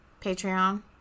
Patreon